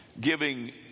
giving